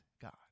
God